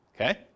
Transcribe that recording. Okay